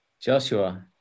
Joshua